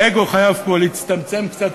האגו חייב פה להצטמצם קצת,